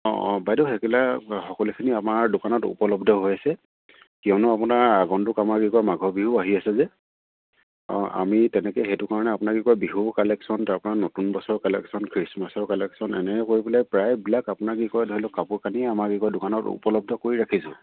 অঁ অঁ বাইদেউ সেইবিলাক সকলোখিনি আমাৰ দোকানত উপলব্ধ হৈ আছে কিয়নো আপোনাৰ আগন্তুক আমাৰ কি কয় মাঘৰ বিহু আহি আছে যে অঁ আমি তেনেকে সেইটো কাৰণে আপোনাক কি কয় বিহু কালেকশ্যন তাৰ পৰা নতুন বছৰ কালেকশ্যন খ্ৰীষ্টমাছৰ কালেকশ্যন এনে কৰি পেলাই প্ৰায়বিলাক আপোনাক কি কয় ধৰি লওক কাপোৰ কানিয়ে আমাৰ কি কয় দোকানত উপলব্ধ কৰি ৰাখিছোঁ